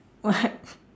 what